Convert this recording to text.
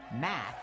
math